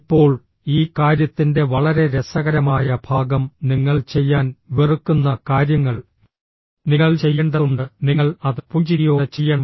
ഇപ്പോൾ ഈ കാര്യത്തിന്റെ വളരെ രസകരമായ ഭാഗം നിങ്ങൾ ചെയ്യാൻ വെറുക്കുന്ന കാര്യങ്ങൾ നിങ്ങൾ ചെയ്യേണ്ടതുണ്ട് നിങ്ങൾ അത് പുഞ്ചിരിയോടെ ചെയ്യണം